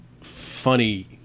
funny